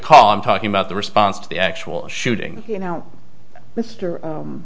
call i'm talking about the response to the actual shooting you know mr